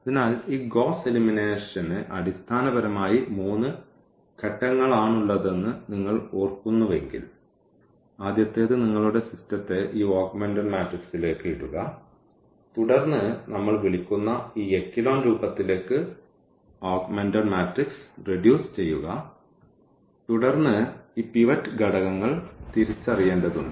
അതിനാൽ ഈ ഗ്വോസ്സ് എലിമിനേഷന് അടിസ്ഥാനപരമായി മൂന്ന് ഘട്ടങ്ങളാണുള്ളതെന്ന് നിങ്ങൾ ഓർക്കുന്നുവെങ്കിൽ ആദ്യത്തേത് നിങ്ങളുടെ സിസ്റ്റത്തെ ഈ ഓഗ്മെന്റഡ് മാട്രിക്സിലേക്ക് ഇടുക തുടർന്ന് നമ്മൾ വിളിക്കുന്ന ഈ എക്കലോൺ രൂപത്തിലേക്ക് ആഗ്മെന്റഡ് മാട്രിക്സ് റെഡ്യൂസ് ചെയ്യുക തുടർന്ന് ഈ പിവറ്റ് ഘടകങ്ങൾ തിരിച്ചറിയേണ്ടതുണ്ട്